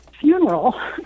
Funeral